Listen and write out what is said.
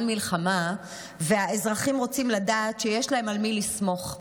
מלחמה והאזרחים רוצים לדעת שיש להם על מי לסמוך.